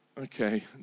okay